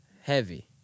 Heavy